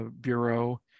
Bureau